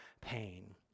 pain